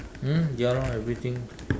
mm ya lor everything